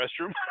restroom